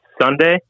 Sunday